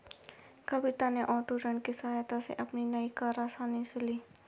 कविता ने ओटो ऋण की सहायता से अपनी नई कार आसानी से ली